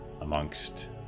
amongst